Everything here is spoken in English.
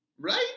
Right